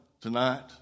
tonight